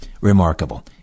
remarkable